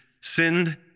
sinned